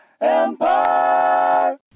Empire